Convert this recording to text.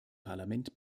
parlament